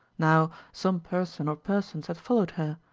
now, some person or persons had followed her,